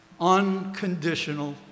Unconditional